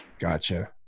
Gotcha